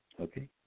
Okay